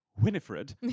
Winifred